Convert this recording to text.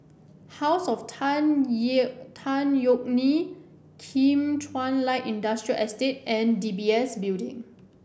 House of Tan Ye Tan Yeok Nee Kim Chuan Light Industrial Estate and D B S Building